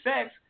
sex